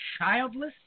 childless